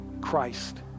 Christ